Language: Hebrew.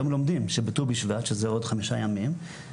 היום לומדים שבטו' בשבט שזה עוד חמישה ימים,